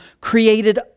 created